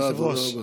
תודה רבה.